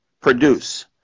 produce